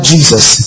Jesus